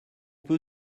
peu